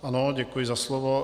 Ano, děkuji za slovo.